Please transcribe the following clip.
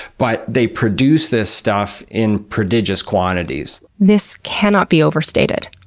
but they produce this stuff in prodigious quantities. this cannot be overstated.